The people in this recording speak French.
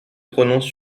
prononce